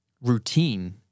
routine